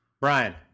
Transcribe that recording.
Brian